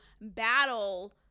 battle